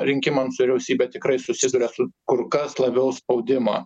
rinkimams vyriausybė tikrai susiduria su kur kas labiau spaudimą